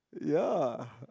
ya